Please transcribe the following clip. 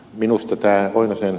minusta tämä ed